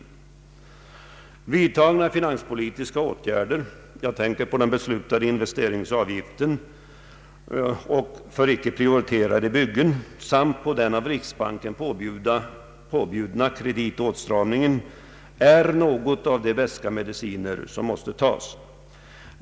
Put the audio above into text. Vidtagna finanspolitiska åtgärder — jag tänker på den beslutade investeringsavgiften för icke prioriterade byggen samt på den av riksbanken påbjudna kreditåtstramningen — är beska mediciner som måste tas.